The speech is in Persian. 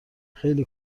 خیلی